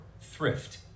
thrift